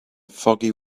foggy